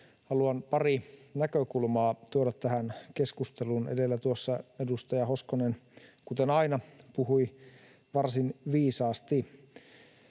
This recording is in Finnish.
haluan pari näkökulmaa tuoda tähän keskusteluun. Edellä tuossa edustaja Hoskonen, kuten aina, puhui varsin viisaasti.